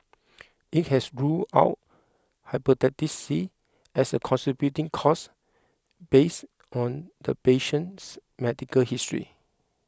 it has ruled out Hepatitis C as a contributing cause based on the patient's medical history